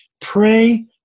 Pray